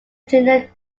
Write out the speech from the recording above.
chinook